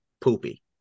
poopy